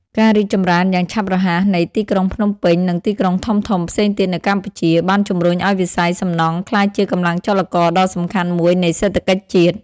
ការរីកចម្រើនយ៉ាងឆាប់រហ័សនៃទីក្រុងភ្នំពេញ និងទីក្រុងធំៗផ្សេងទៀតនៅកម្ពុជា បានជំរុញឱ្យវិស័យសំណង់ក្លាយជាកម្លាំងចលករដ៏សំខាន់មួយនៃសេដ្ឋកិច្ចជាតិ។